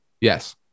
yes